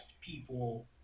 people